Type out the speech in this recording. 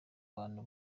bantu